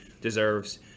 deserves